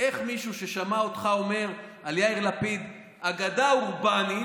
מישהו ששמע אותך אומר על יאיר לפיד אגדה אורבנית,